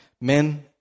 Men